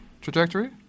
trajectory